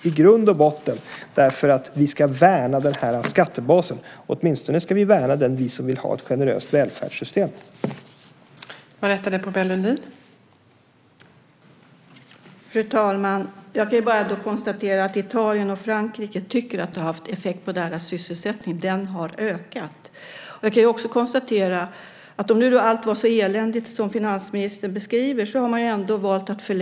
I grund och botten beror det på att vi ska värna den här skattebasen. Åtminstone ska vi som vill ha ett generöst välfärdssystem värna den.